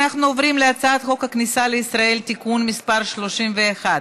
אנחנו עוברים להצעת חוק הכניסה לישראל (תיקון מס' 31),